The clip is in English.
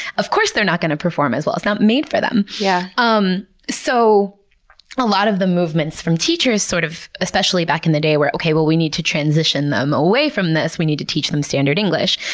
of course they're not gonna perform as well. it's not made for them yeah um so a lot of the movements from teachers, sort of especially back in the day were, okay, well we need to transition them away from this. we need to teach them standard english.